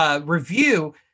review